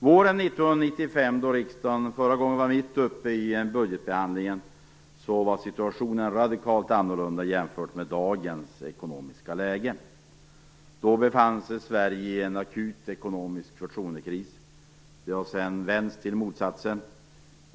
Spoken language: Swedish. Våren 1995, då riksdagen förra gången var mitt uppe i en budgetbehandling, var situationen radikalt annorlunda jämfört med dagens ekonomiska läge. Då befann sig Sverige i en akut ekonomisk förtroendekris. Det har sedan vänts till motsatsen.